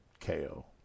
KO